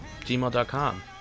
gmail.com